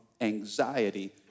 anxiety